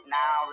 now